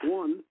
one